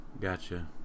Gotcha